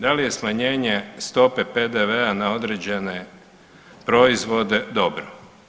Da li je smanjenje stope PDV-a na određene proizvode dobro?